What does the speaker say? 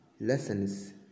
Lessons